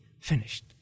finished